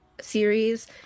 series